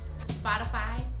Spotify